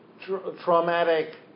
traumatic